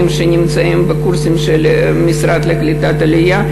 שנמצאים בקורסים של המשרד לקליטת העלייה,